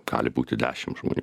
gali būti dešimt žmonių